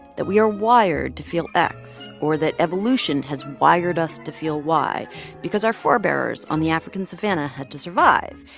that we are wired to feel x or that evolution has wired us to feel y because our forbearers on the african savannah had to survive,